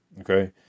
okay